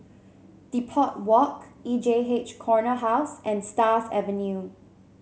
Depot Walk E J H Corner House and Stars Avenue